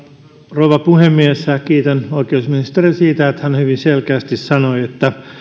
rouva puhemies kiitän oikeusministeriä siitä että hän hyvin selkeästi sanoi että